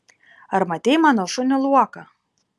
ar matei mano šunį luoką